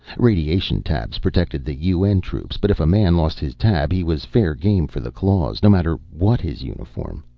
radiation tabs protected the un troops, but if a man lost his tab he was fair game for the claws, no matter what his uniform.